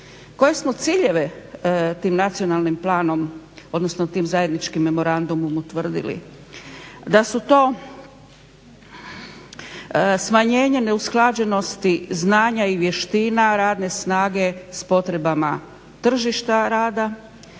Koje smo ciljeve tim nacionalnim planom, odnosno tim zajedničkim memorandumom utvrdili? Da su to smanjenje neusklađenosti znanja i vještina radne snage s potrebama tržišta rada,